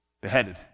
beheaded